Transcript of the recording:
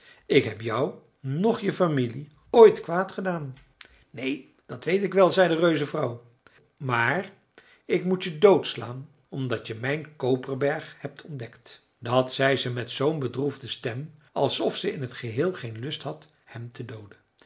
ik heb jou noch je familie ooit kwaad gedaan neen dat weet ik wel zei de reuzenvrouw maar ik moet je doodslaan omdat je mijn koperberg hebt ontdekt dat zei ze met z'n bedroefde stem alsof ze in t geheel geen lust had hem te dooden